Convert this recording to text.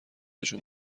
جون